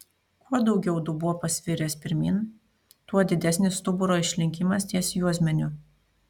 kuo daugiau dubuo pasviręs pirmyn tuo didesnis stuburo išlinkimas ties juosmeniu